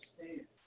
understand